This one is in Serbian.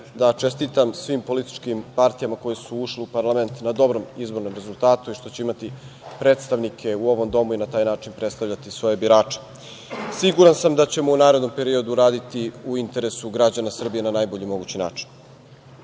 da čestitam svim političkim partijama koje su ušle u parlament na dobrom izbornom rezultatu i što će imati predstavnike u ovom domu i na taj način predstavljati svoje birače. Siguran sam da ćemo u narednom periodu raditi u interesu građana Srbije na najbolji mogući način. Pred